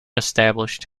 established